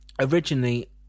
Originally